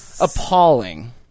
Appalling